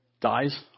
dies